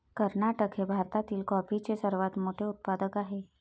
कर्नाटक हे भारतातील कॉफीचे सर्वात मोठे उत्पादक आहे